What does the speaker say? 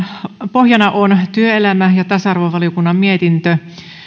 pohjana on työelämä ja tasa arvovaliokunnan mietintö